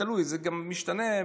תלוי, זה גם משתנה.